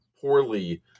poorly